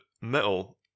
metal